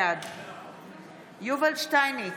בעד יובל שטייניץ,